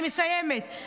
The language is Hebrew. אני מסיימת.